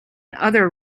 other